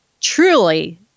truly